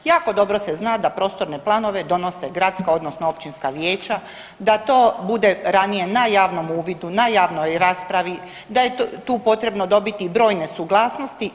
Jako dobro se zna da prostorne planove donose gradska, odnosno općinska vijeća, da to bude ranije na javnom uvidu, na javnoj raspravi, da je tu potrebno dobiti brojne suglasnosti.